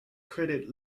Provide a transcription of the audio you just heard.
credit